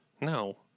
No